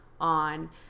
on